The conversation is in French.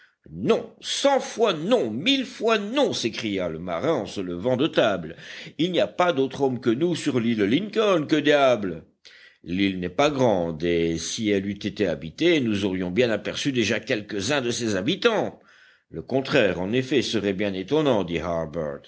non cent fois non mille fois non s'écria le marin en se levant de table il n'y a pas d'autres hommes que nous sur l'île lincoln que diable l'île n'est pas grande et si elle eût été habitée nous aurions bien aperçu déjà quelques-uns de ses habitants le contraire en effet serait bien étonnant